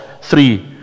three